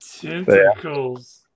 Tentacles